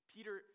Peter